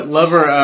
lover